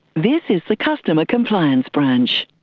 this is the customer compliance branch.